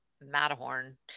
Matterhorn